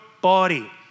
body